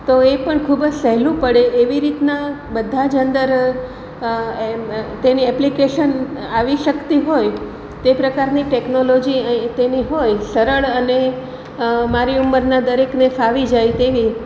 તો એ પણ ખૂબ જ સહેલું પડે એવી રીતના બધા જ અંદર એમ તેની એપ્લિકેસન આવી શકતી હોય તે પ્રકારની ટેકનોલોજી તેની હોય સરળ અને મારી ઉંમરના દરેકને ફાવી જાય તેવી